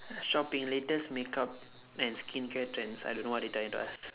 shopping latest makeup and skincare trends I don't know what they trying to ask